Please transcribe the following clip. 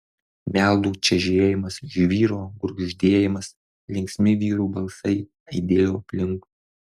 meldų čežėjimas žvyro gurgždėjimas linksmi vyrų balsai aidėjo aplinkui